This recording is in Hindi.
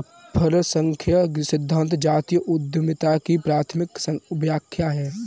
अल्पसंख्यक सिद्धांत जातीय उद्यमिता की प्राथमिक व्याख्या है